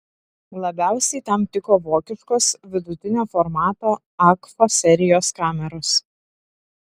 labiausiai tam tiko vokiškos vidutinio formato agfa serijos kameros